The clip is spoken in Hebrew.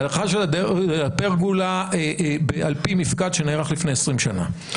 ההערכה של הדלה-פרגולה על פי מיפקד שנערך לפני 20 שנה.